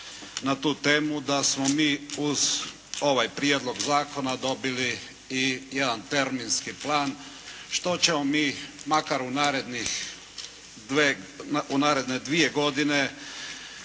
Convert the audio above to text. na tu temu da smo mi uz ovaj Prijedlog zakona dobili i jedan terminski plan što ćemo mi makar u naredne dvije godine